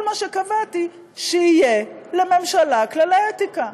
כל מה שקבעתי, שיהיה לממשלה כללי אתיקה.